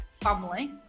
family